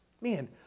man